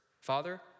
Father